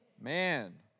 Man